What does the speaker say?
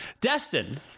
Destin